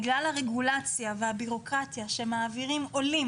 בגלל הרגולציה והבירוקרטיה שמעבירים בהם עולים,